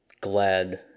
glad